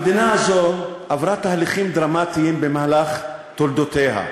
המדינה הזאת עברה תהליכים דרמטיים במהלך תולדותיה,